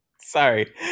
Sorry